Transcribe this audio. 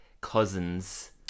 cousins